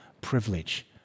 privilege